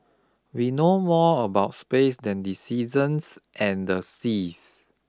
we know more about space than the seasons and the seas